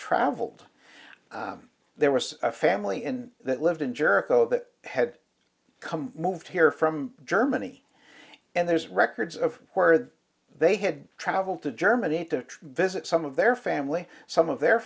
traveled there was a family in that lived in jericho that had come moved here from germany and there's records of where they had traveled to germany to visit some of their family some of their